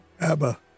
Abba